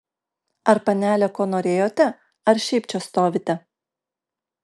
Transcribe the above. ar panelė ko norėjote ar šiaip čia stovite